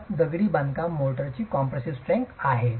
5 दगडी बांधकाम मोर्टार ची कॉम्प्रेसीव स्ट्रेंग्थ आहे